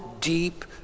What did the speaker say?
deep